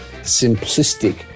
simplistic